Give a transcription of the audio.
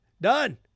Done